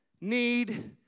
need